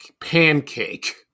pancake